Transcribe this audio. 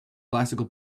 classical